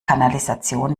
kanalisation